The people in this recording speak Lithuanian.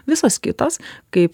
visos kitos kaip